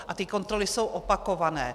A ty kontroly jsou opakované.